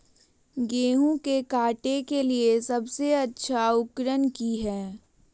गेहूं के काटे के लिए सबसे अच्छा उकरन की है?